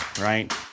right